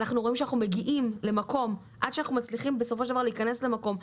אנחנו רואים שעד שאנחנו מצליחים להיכנס למקום,